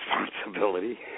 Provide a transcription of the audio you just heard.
responsibility